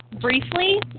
Briefly